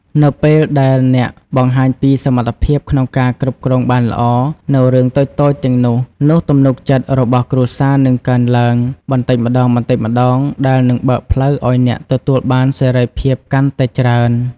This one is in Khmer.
នៅពេលដែលអ្នកបង្ហាញពី សមត្ថភាពក្នុងការគ្រប់គ្រងបានល្អ នូវរឿងតូចៗទាំងនោះ នោះ ទំនុកចិត្តរបស់គ្រួសារនឹងកើនឡើង បន្តិចម្តងៗ ដែលនឹងបើកផ្លូវឲ្យអ្នកទទួលបានសេរីភាពកាន់តែច្រើន។